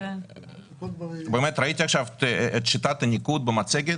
ראיתי עכשיו את שיטת הניקוד במצגת.